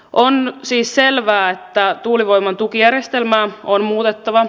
on siis selvää että tuulivoiman tukijärjestelmää on muutettava